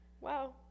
wow